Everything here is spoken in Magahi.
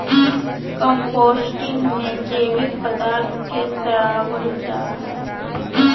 कम्पोस्टिंग में जैविक पदार्थ के सड़ाबल जा हइ